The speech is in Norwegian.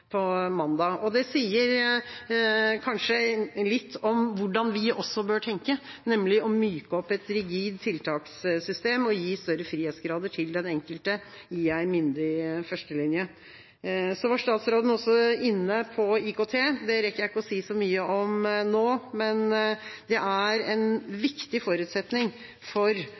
mandag. Det sier kanskje litt om hvordan vi også bør tenke, nemlig å myke opp et rigid tiltakssystem og gi større frihetsgrader til den enkelte i en myndig førstelinje. Statsråden var også inne på IKT. Det rekker jeg ikke å si så mye om nå, men det er en viktig forutsetning for